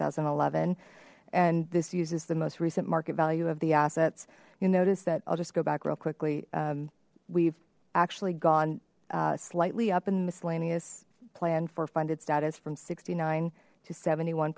thousand and eleven and this uses the most recent market value of the assets you notice that i'll just go back real quickly we've actually gone slightly up in the miscellaneous plan for funded status from sixty nine to seventy one